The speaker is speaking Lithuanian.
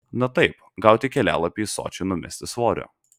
na taip gauti kelialapį į sočį numesti svorio